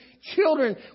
children